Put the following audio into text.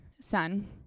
son